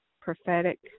prophetic